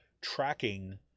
tracking